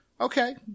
Okay